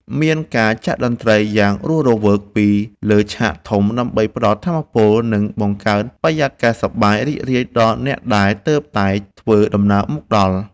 មានការចាក់តន្ត្រីយ៉ាងរស់រវើកពីលើឆាកធំ ដើម្បីផ្ដល់ថាមពល និងបង្កើតបរិយាកាសសប្បាយរីករាយដល់អ្នកដែលទើបតែធ្វើដំណើរមកដល់។